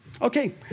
Okay